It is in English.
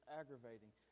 aggravating